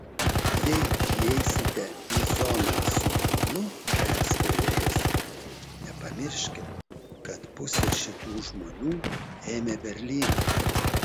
jei įeisite į zoną su ginklu perspėjo jis nepamirškit kad pusė šitų žmonių ėmė berlyną